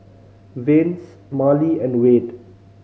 Vance Marley and Wade